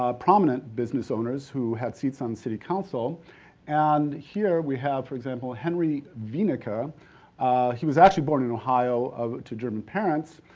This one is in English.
ah prominent business owners, who had seats on the city council and here we have, for example, henry wieneke. ah he was actually born in ohio to german parents.